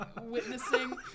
witnessing